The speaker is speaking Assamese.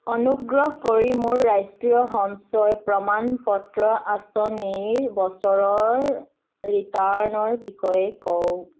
অনুগ্ৰহ কৰি মোৰ ৰাষ্ট্ৰীয় সঞ্চয় প্ৰমাণ পত্ৰ আঁচনিৰ বছৰৰ ৰিটাৰ্ণৰ বিষয়ে কওক